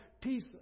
Peace